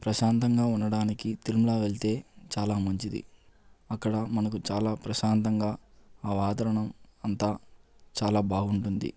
ప్రశాంతంగా ఉండడానికి తిరుమల వెళ్తే చాలా మంచిది అక్కడ మనకు చాలా ప్రశాంతంగా ఆ వాతావరణం అంతా చాలా బాగుంటుంది